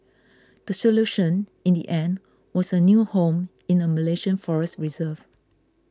the solution in the end was a new home in a Malaysian forest reserve